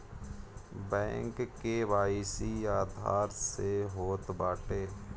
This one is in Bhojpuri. बैंक के.वाई.सी आधार से होत बाटे